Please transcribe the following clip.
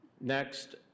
Next